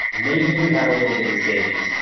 maybe you have a little bit in savings.